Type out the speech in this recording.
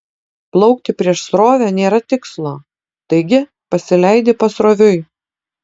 plaukti prieš srovę nėra tikslo taigi pasileidi pasroviui